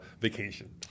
vacation